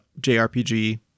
JRPG